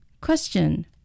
Question